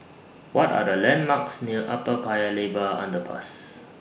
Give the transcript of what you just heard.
What Are The landmarks near Upper Paya Lebar Underpass